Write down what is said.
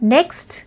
Next